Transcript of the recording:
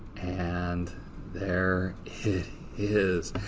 and there it is.